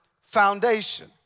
foundation